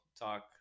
talk